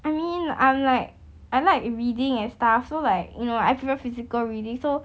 I mean I'm like I like reading and stuff so like you know I prefer physical reading so